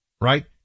right